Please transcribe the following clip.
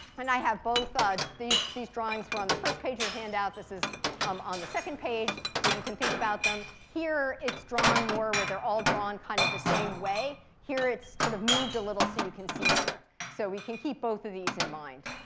and i have both, ah these these drawings were on the first page of your handout. this is um on the second page. but you can think about them. here it's drawn more where they're all drawn kind of the same way. here it's sort of moved a little so you can see better. so we can keep both of these in mind.